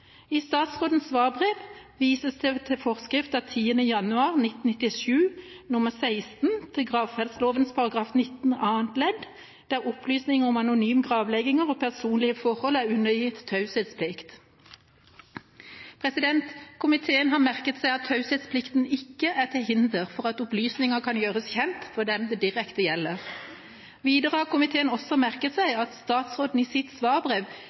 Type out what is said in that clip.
I statsrådens svarbrev vises det til forskrift av 10. januar 1997 nr. 16 til gravferdsloven § 19 annet ledd, der opplysninger om anonyme gravlegginger og personlige forhold er undergitt taushetsplikt. Komiteen har merket seg at taushetsplikten ikke er til hinder for at opplysninger kan gjøres kjent for dem det direkte gjelder. Videre har komiteen også merket seg at statsråden i sitt svarbrev